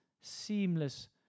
seamless